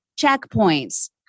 checkpoints